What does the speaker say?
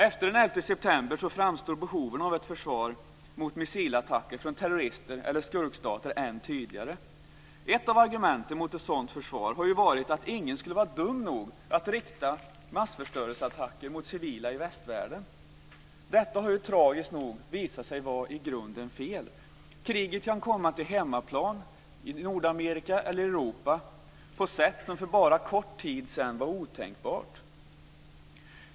Efter den 11 september framstår behovet av ett försvar mot missilattacker från terrorister eller skurkstater ännu tydligare. Ett av argumenten mot ett sådant försvar har ju varit att ingen skulle vara dum nog att rikta massförstörelseattacker mot civila i västvärlden. Men detta har, tragiskt nog, visat sig vara i grunden fel. Kriget kan komma till hemmaplan, i Nordamerika eller i Europa, på ett sätt som för bara en kort tid sedan var otänkbart.